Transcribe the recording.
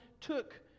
took